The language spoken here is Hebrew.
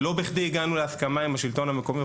לא בכדי הגענו להסכמה עם השלטון המקומי,